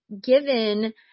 given